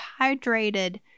hydrated